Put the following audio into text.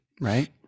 right